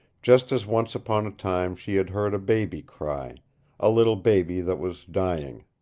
just as once upon a time she had heard a baby cry a little baby that was dying.